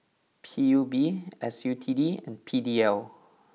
P U B S U T D and P D L